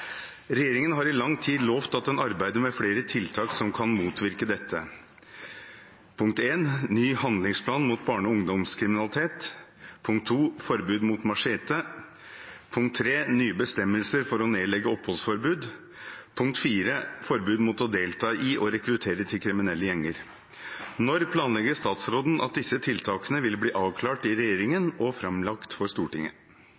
Regjeringen har i lang tid lovt at den arbeider med flere tiltak som kan motvirke dette: 1. Ny handlingsplan mot barne- og ungdomskriminalitet. 2. Forbud mot machete. 3. Nye bestemmelser for å nedlegge oppholdsforbud. 4. Forbud mot å delta i og rekruttere til kriminelle gjenger. Når planlegger statsråden at disse tiltakene vil bli avklart i